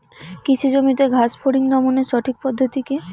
কৃষি জমিতে ঘাস ফরিঙ দমনের সঠিক পদ্ধতি কি?